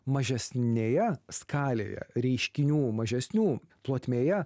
mažesnėje skalėje reiškinių mažesnių plotmėje